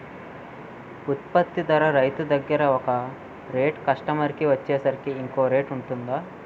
ఉత్పత్తి ధర రైతు దగ్గర ఒక రేట్ కస్టమర్ కి వచ్చేసరికి ఇంకో రేట్ వుంటుందా?